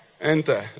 enter